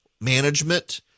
management